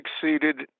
succeeded